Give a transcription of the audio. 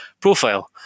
profile